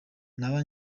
naba